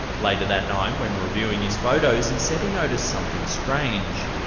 later that night, when reviewing his photos, he said he noticed something strange.